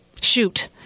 shoot